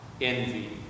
envy